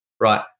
right